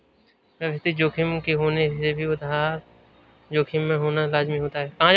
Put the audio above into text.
व्यवस्थित जोखिम के होने से भी आधार जोखिम का होना लाज़मी हो जाता है